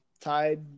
tied